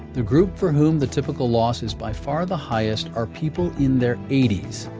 the group for whom the typical loss is by far the highest are people in their eighty s.